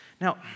Now